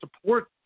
support